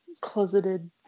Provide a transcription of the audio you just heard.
closeted